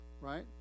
right